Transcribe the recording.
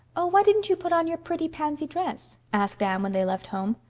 oh, why didn't you put on your pretty pansy dress? asked anne, when they left home.